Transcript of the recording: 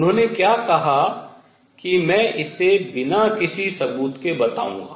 उन्होंने क्या कहा कि मैं इसे बिना किसी सबूत के बताऊंगा